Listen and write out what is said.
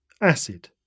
Acid